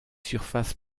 surfaces